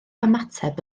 ymateb